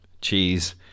cheese